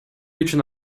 үчүн